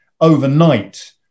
overnight